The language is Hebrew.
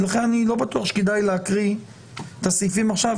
לכן אני לא בטוח שכדאי להקריא את הסעיפים עכשיו.